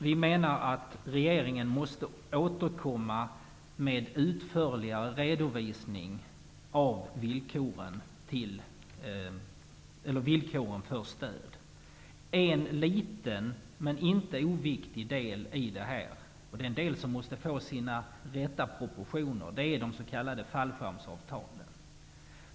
Vi menar att regeringen måste återkomma med utförligare redovisning av villkoren för stöd. En liten, men inte oviktig, del i detta är de s.k. fallskärmsavtalen. De måste få rätt proportioner i det hela.